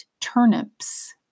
turnips